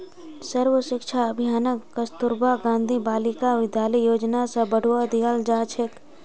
सर्व शिक्षा अभियानक कस्तूरबा गांधी बालिका विद्यालय योजना स बढ़वा दियाल जा छेक